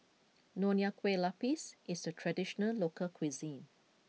Nonya Kueh Lapis is a traditional local cuisine